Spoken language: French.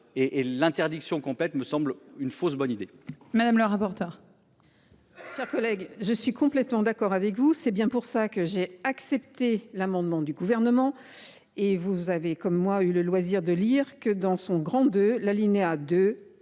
et l'interdiction complète me semble une fausse bonne idée. Madame la rapporteur.